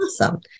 Awesome